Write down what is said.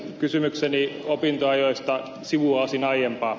kysymykselläni opintoajoista sivuaisin aiempaa